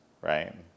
right